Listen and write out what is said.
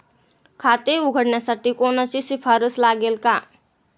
खाते उघडण्यासाठी कोणाची शिफारस लागेल का?